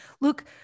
Look